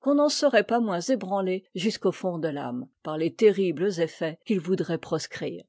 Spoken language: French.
qu'on n'en serait pas moins ébranlé jusqu'au fond de l'âme par les terribles effets qu'tts voudraient proscrire